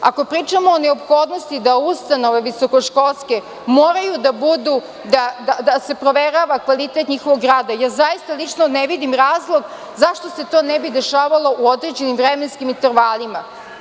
Ako pričamo o neophodnosti da ustanove visokoškolske moraju da budu, mora da se provera kvalitet njihovog rada, zaista lično ne vidim razlog zašto se to ne bi dešavalo u određenim vremenskim intervalima.